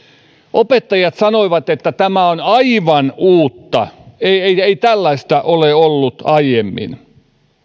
opettajat sanoivat että tämä on aivan uutta ei ei tällaista ole ollut aiemmin